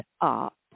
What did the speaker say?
up